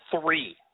three